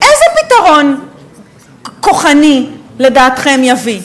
איזה פתרון כוח לדעתכם יביא?